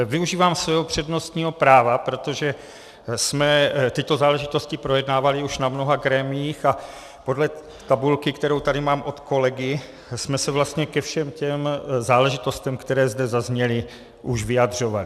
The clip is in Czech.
Využívám svého přednostního práva, protože jsme tyto záležitosti projednávali už na mnoha grémiích a podle tabulky, kterou tady mám od kolegy, jsme se vlastně ke všem těm záležitostem, které zde zazněly, už vyjadřovali.